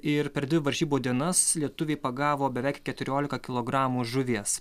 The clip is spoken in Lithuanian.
ir per dvi varžybų dienas lietuviai pagavo beveik keturiolika kilogramų žuvies